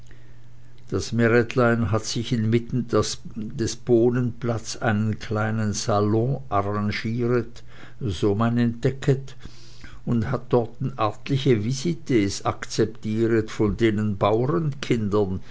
das meretlein hat sich in mitten des bohnenplatz ein kleinen salon arrangiret so man entdecket und hat dorten artliche visites acceptiret von denen